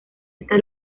está